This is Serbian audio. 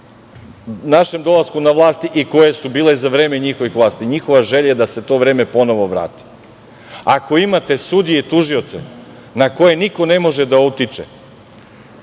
našem dolasku na vlast i koje su bile za vreme njihovih vlasti. Njihova želja je da se to vreme ponovo vrati. Ako imate sudije i tužioce na koje niko ne može da utiče